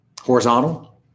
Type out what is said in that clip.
Horizontal